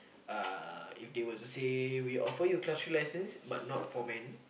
uh if they were to say we offer you class three license but not for men